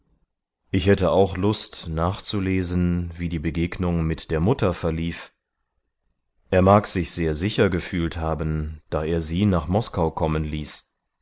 ich hätte auch lust nachzulesen wie die begegnung mit der mutter verlief er mag sich sehr sicher gefühlt haben da er sie nach moskau kommen ließ